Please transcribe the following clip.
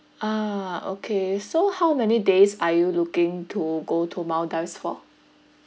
ah okay so how many days are you looking to go to maldives for